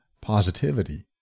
positivity